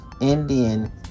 Indian